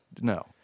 No